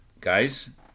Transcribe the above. guys